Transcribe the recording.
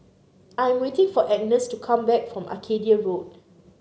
I'm waiting for Agnes to come back from Arcadia Road